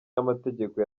n’amategeko